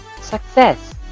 success